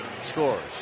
Scores